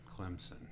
clemson